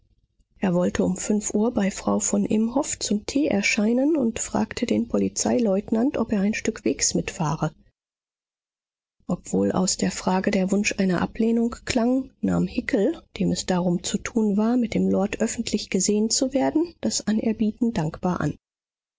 er wollte um fünf uhr bei frau von imhoff zum tee erscheinen und fragte den polizeileutnant ob er ein stück wegs mitfahre obwohl aus der frage der wunsch einer ablehnung klang nahm hickel dem es darum zu tun war mit dem lord öffentlich gesehen zu werden das anerbieten dankbar an